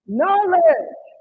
knowledge